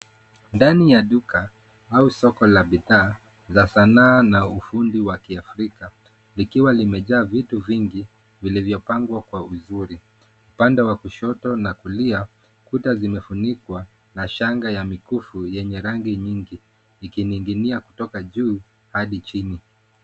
Ndani ya duka au soko la bidhaa za sanaa na ufundi wa kiafrika likiwa limejaa vitu vingi vilivyopangwa kwa uzuri upande wa kushoto na kulia. Kuta zimefunikwa na shanga na mikufu yenye rangi nyingi ikining'inia kutoka juu hadi chini,